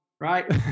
Right